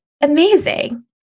amazing